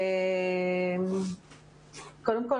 קודם כול,